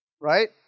Right